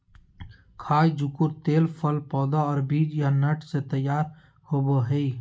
खाय जुकुर तेल फल पौधा और बीज या नट से तैयार होबय हइ